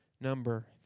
number